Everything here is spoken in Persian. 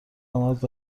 آمد